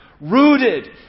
rooted